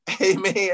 amen